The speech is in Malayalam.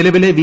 നിലവിലെ വി